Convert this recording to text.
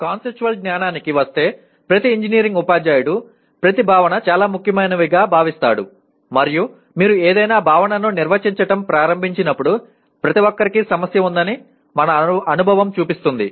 conceptual జ్ఞానానికి వస్తే ప్రతి ఇంజనీరింగ్ ఉపాధ్యాయుడు ప్రతీ భావన చాలా ముఖ్యమైనవిగా భావిస్తాడు మరియు మీరు ఏదయినా భావనను నిర్వచించటం ప్రారంభించినప్పుడు ప్రతి ఒక్కరికీ సమస్య ఉందని మన అనుభవం చూపిస్తుంది